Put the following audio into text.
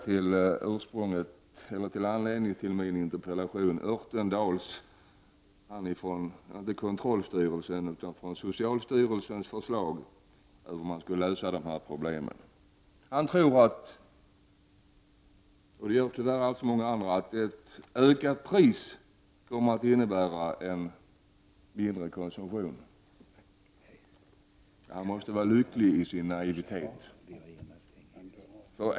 Tillbaka till anledningen till min interpellation, nämligen Örtendahls från socialstyrelsen förslag över hur man skall lösa de här problemen. Han tror — och det gör tyvärr alltför många andra — att ett ökat pris kommer att innebära en minskad konsumtion. Han måtte vara lycklig i sin naivitet!